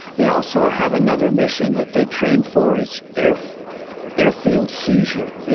they also have another mission that they train for is airfield airfield seizure.